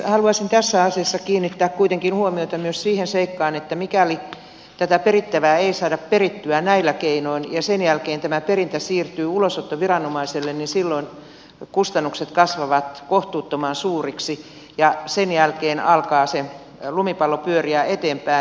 haluaisin tässä asiassa kiinnittää kuitenkin huomiota myös siihen seikkaan että mikäli tätä perittävää ei saada perittyä näillä keinoin ja sen jälkeen tämä perintä siirtyy ulosottoviranomaiselle niin silloin kustannukset kasvavat kohtuuttoman suuriksi ja sen jälkeen alkaa se lumipallo pyöriä eteenpäin